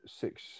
six